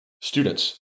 students